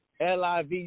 LIV